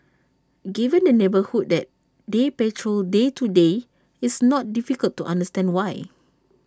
given the neighbourhood that they patrol day to day it's not difficult to understand why